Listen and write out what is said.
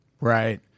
right